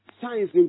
Science